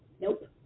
nope